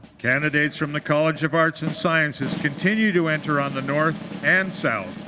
candidates from the college of arts and sciences continue to enter on the north and south.